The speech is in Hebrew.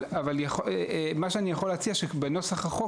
אבל מה שאני יכול להציע זה שבנוסח החוק